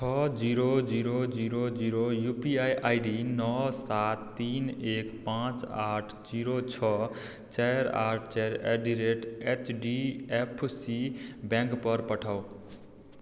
छओ zero zero zero zero U P I D नओ सात तीन एक पाँच आठ जीरो छओ चारि आठ चारि at the rate H D F C bank पर पठाउ